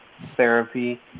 therapy